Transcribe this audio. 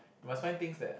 but find things that